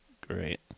great